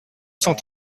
cent